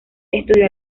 estudió